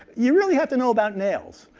you really have to know about nails.